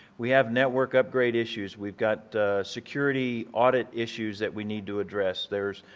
we have network upgrade issues, we've got security audit issues that we need to address, there's